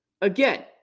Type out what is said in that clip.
Again